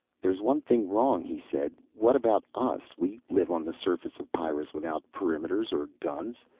there's one thing wrong, he said. what about us? we live on the surface of pyrrus without perimeters or guns.